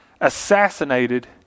assassinated